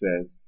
says